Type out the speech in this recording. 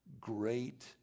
great